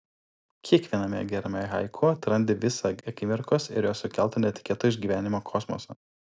kiekviename gerame haiku atrandi visą akimirkos ir jos sukelto netikėto išgyvenimo kosmosą